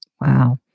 Wow